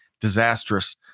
disastrous